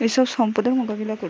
এসব সম্পদের মোকাবিলা করি